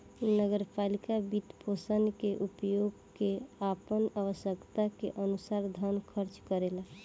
नगर पालिका वित्तपोषण के उपयोग क के आपन आवश्यकता के अनुसार धन खर्च करेला